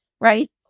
right